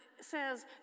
says